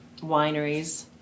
wineries